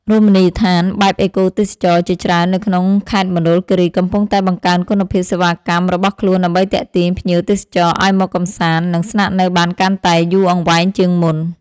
រមណីយដ្ឋានបែបអេកូទេសចរណ៍ជាច្រើននៅក្នុងខេត្តមណ្ឌលគីរីកំពុងតែបង្កើនគុណភាពសេវាកម្មរបស់ខ្លួនដើម្បីទាក់ទាញភ្ញៀវទេសចរឱ្យមកកម្សាន្ត និង ស្នាក់នៅបានកាន់តែយូរអង្វែងជាងមុន។